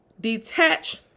Detach